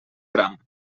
gram